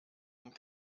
und